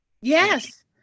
yes